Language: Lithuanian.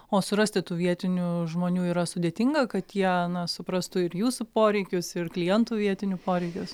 o surasti tų vietinių žmonių yra sudėtinga kad jie suprastų ir jūsų poreikius ir klientų vietinių poreikius